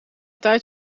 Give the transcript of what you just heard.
tijd